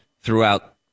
throughout